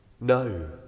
no